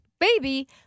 Baby